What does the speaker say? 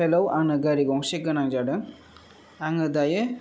हेल' आंनो गारि गंसे गोनां जादों आङो दायो